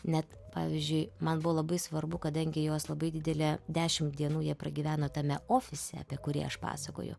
net pavyzdžiui man buvo labai svarbu kadangi jos labai didelė dešim dienų ji pragyveno tame ofise apie kurį aš pasakoju